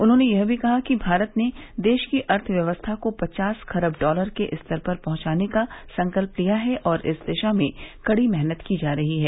उन्होंने यह भी कहा कि भारत ने देश की अर्थव्यवस्था को पचास खरब डॉलर के स्तर पर पहुंचाने का संकल्प लिया है और इस दिशा में कड़ी मेहनत की जा रही है